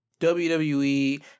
WWE